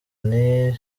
nti